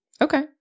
Okay